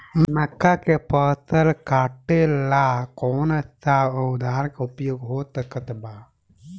मक्का के फसल कटेला कौन सा औजार के उपयोग हो सकत बा?